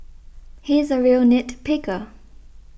he is a real nit picker